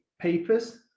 papers